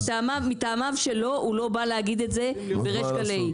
מטעמיו שלו הוא לא בא להגיד את זה בריש גלי,